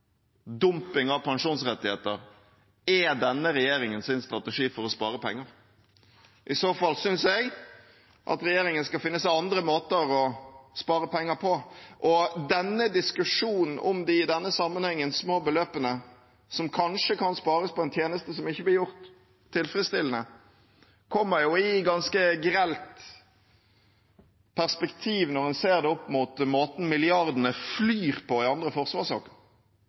dumping av pensjonsrettigheter er denne regjeringens strategi for å spare penger? I så fall syns jeg regjeringen skal finne seg andre måter å spare penger på. Denne diskusjonen om de i denne sammenhengen små beløpene som kanskje kan spares på en tjeneste som ikke blir gjort tilfredsstillende, kommer i ganske grelt perspektiv når en ser det opp mot måten milliardene flyr på i andre